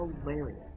hilarious